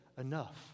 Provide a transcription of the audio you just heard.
enough